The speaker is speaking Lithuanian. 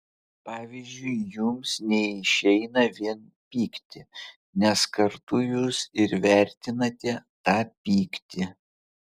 pavyzdžiui jums neišeina vien pykti nes kartu jūs ir vertinate tą pyktį